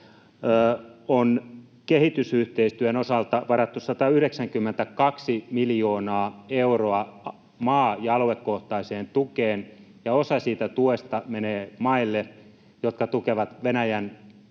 on kehitysyhteistyön osalta varattu 192 miljoonaa euroa maa- ja aluekohtaiseen tukeen, ja osa siitä tuesta menee maille, jotka tukevat Venäjän sotaa